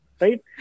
right